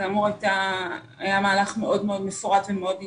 שכאמור היה מהלך מאוד מאוד מפורט ומאוד אינטנסיבי.